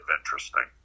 interesting